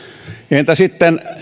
entä sitten